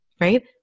Right